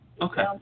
Okay